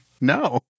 No